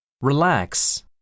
Relax